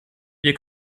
wir